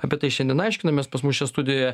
apie tai šiandien aiškinamės pas mus čia studijoje